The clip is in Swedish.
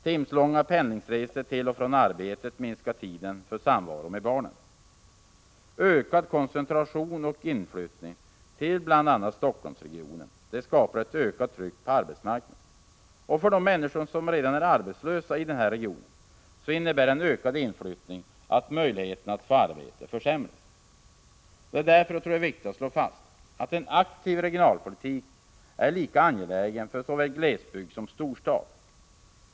Timslånga pendlingsresor till och från arbetet minskar tiden för samvaro med barnen. Ökad koncentration och inflyttning till bl.a. Helsingforssregionen skapar ett ökat tryck på arbetsmarknaden. För de människor som redan är arbetslösa i denna region innebär ökad inflyttning att möjligheterna att få arbete försämras. Därför är det viktigt att slå fast att en aktiv regionalpolitik är lika angelägen för såväl glesbygd som storstad.